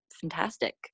fantastic